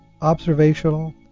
observational